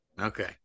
Okay